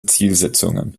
zielsetzungen